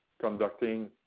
conducting